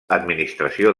administració